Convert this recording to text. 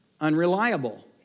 unreliable